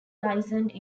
licensed